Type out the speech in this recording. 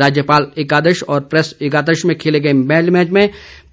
राज्यपाल एकादश और प्रैस एकादश में खेले गए पहले मैच में